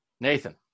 Nathan